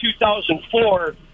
2004